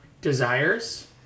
desires